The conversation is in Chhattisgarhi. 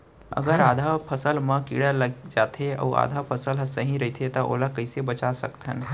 अगर आधा फसल म कीड़ा लग जाथे अऊ आधा फसल ह सही रइथे त ओला कइसे बचा सकथन?